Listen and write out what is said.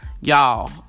y'all